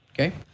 Okay